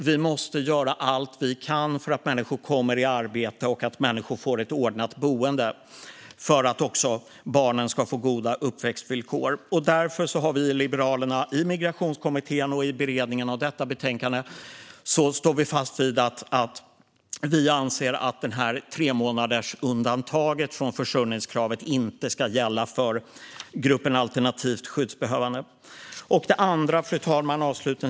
Vi måste göra allt vi kan för att människor ska komma i arbete och få ordnat boende och för att barnen ska få goda uppväxtvillkor. Därför har Liberalerna i Migrationskommittén föreslagit att tremånadersundantaget från försörjningskravet inte ska gälla för gruppen alternativt skyddsbehövande. I beredningen av detta betänkande står vi fast vid detta. Fru talman!